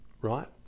right